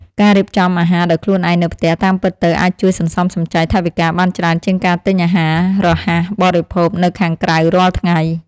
ការរៀបចំអាហារដោយខ្លួនឯងនៅផ្ទះតាមពិតទៅអាចជួយសន្សំសំចៃថវិកាបានច្រើនជាងការទិញអាហាររហ័សបរិភោគនៅខាងក្រៅរាល់ថ្ងៃ។